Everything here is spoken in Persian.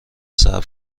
صبر